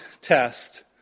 test